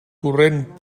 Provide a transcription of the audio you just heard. corrent